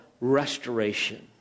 restoration